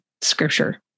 scripture